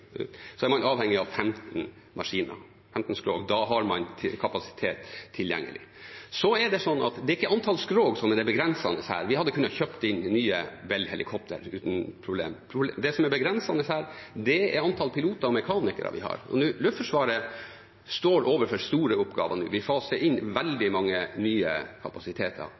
avhengig av 15 maskiner, 15 skrog. Da har man kapasitet tilgjengelig. Så er det ikke antallet skrog som er det begrensende. Vi kunne ha kjøpt inn nye Bell-helikoptre uten problem. Det som er det begrensende, er antallet piloter og mekanikere som vi har. Luftforsvaret står overfor store oppgaver nå. Vi faser inn veldig mange nye kapasiteter.